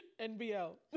NBL